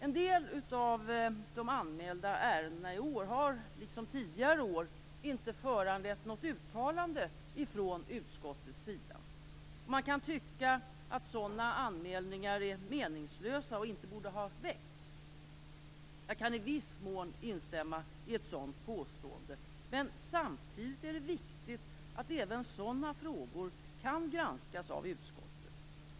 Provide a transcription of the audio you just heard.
En del av de anmälda ärendena i år har, liksom tidigare år, inte föranlett något uttalande från utskottet sida. Man kan tycka att sådana anmälningar är meningslösa och inte borde ha gjorts. Jag kan i viss mån instämma i ett sådant påstående. Men samtidigt är det viktigt att även sådana frågor kan granskas av utskottet.